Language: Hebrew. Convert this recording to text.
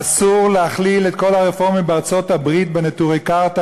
אסור להכליל את כל הרפורמים בארצות-הברית בנטורי קרתא